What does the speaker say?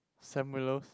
Sam-Willows